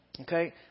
Okay